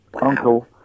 uncle